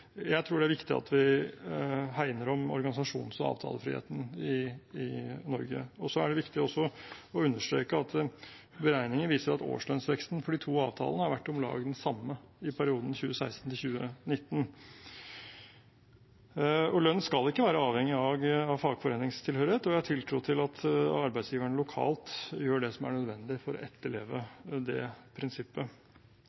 Jeg tror det er viktig at vi hegner om organisasjons- og avtalefriheten i Norge. Det er også viktig å understreke at beregninger viser at årslønnsveksten for de to avtalene har vært om lag den samme i perioden 2016–2019. Lønn skal ikke være avhengig av fagforeningstilhørighet, og jeg har tiltro til at arbeidsgiverne lokalt gjør det som er nødvendig for å etterleve